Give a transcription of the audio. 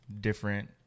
different